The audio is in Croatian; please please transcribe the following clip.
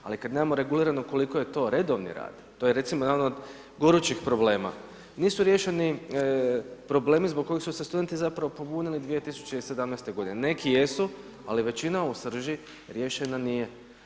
Ali, kada nemamo regulirano koliko je to redovni rad, to je recimo jedan od gorućih problema, nisu riješeni problemi zbog kojeg su se studenti zapravo pobunili 2017. g. Neki jesu, ali većina u srži riješena nije.